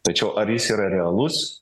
tačiau ar jis yra realus